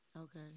Okay